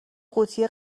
قوطی